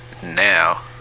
Now